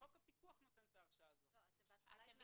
זה חוק הפיקוח נותן את ההרשאה.